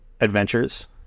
Adventures